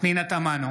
פנינה תמנו,